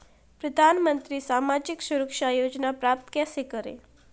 प्रधानमंत्री सामाजिक सुरक्षा योजना प्राप्त कैसे करें?